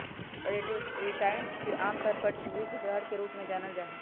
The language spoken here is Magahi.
रोडेंटिसाइड्स के आमतौर पर चूहे के जहर के रूप में जानल जा हई